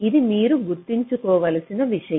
ఇది మీరు గుర్తుంచుకోవలసిన విషయం